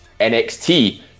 NXT